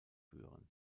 führen